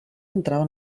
entrava